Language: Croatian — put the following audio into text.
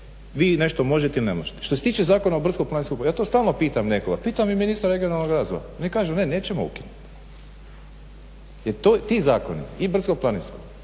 vi nešto možete ili ne možete. Što se tiče Zakona o brdsko-planinskom području, ja to stalno pitam nekoga, pitam i ministra regionalnog razvoja. Oni kažu ne, nećemo ukinuti. Jer ti zakoni i brdsko-planinski